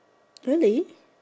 really